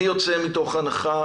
אני יוצא מתוך הנחה,